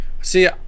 see